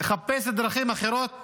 דרכים אחרות